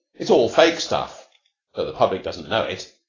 it's all fake stuff, tho the public doesn't know it.